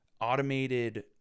automated